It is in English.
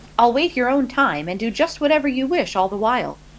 i'll wait your own time, and do just whatever you wish all the while.